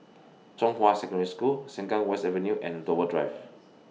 Zhonghua Secondary School Sengkang West Avenue and Dover Drive